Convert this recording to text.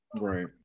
Right